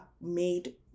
made